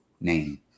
name